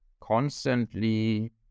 constantly